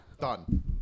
Done